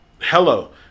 Hello